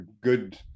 good